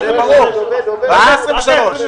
רק ה-23.